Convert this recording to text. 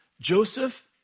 Joseph